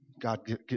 God